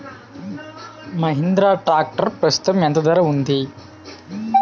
Mahindra tractor ప్రస్తుతం ఎంత ధర ఉంది?